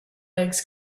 legs